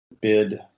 bid